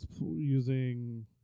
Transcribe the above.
using